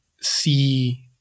see